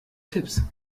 tipps